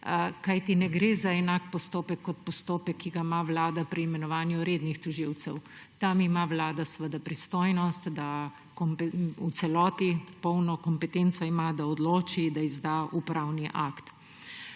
kajti ne gre za enak postopek, kot je postopek, ki ga ima Vlada pri imenovanju rednih tožilcev. Tam ima Vlada seveda pristojnost, v celoti, polno kompetenco ima, da odloči, da izda upravni akt.